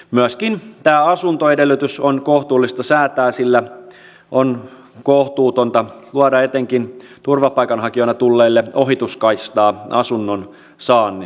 myöskin tämä asuntoedellytys on kohtuullista säätää sillä on kohtuutonta luoda etenkin turvapaikanhakijoina tulleille ohituskaistaa asunnon saannissa